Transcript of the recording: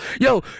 Yo